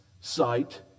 sight